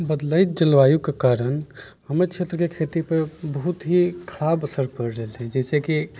बदलैत जलवायु के कारण हमर क्षेत्र के खेती पे बहुत ही खराब असर परि रहल छै जैसेकि